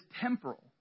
temporal